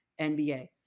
NBA